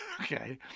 Okay